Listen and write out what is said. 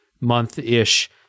month-ish